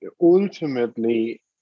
ultimately